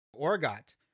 Orgot